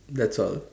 that's all